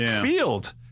field